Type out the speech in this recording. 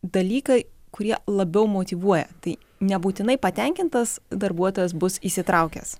dalykai kurie labiau motyvuoja tai nebūtinai patenkintas darbuotojas bus įsitraukęs